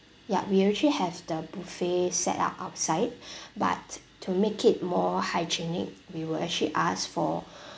ya we actually have the buffet set up outside but to make it more hygienic we will actually ask for